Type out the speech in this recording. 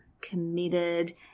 committed